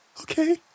Okay